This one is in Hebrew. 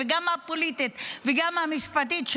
גם הפוליטית וגם המשפטית,